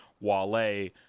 Wale